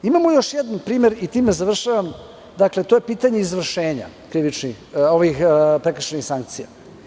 Imamo još jedan primer, i time završavam, dakle, to je pitanje izvršenja prekršajnih sankcija.